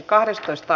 asia